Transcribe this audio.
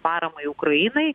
paramai ukrainai